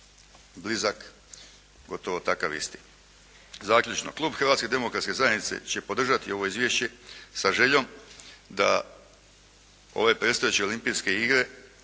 blizak, gotovo takav isti. Zaključno, Klub hrvatske demokratske zajednice će podržati ovo izvješće sa željom da ove predstojeće olimpijske igre